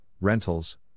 rentals